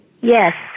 yes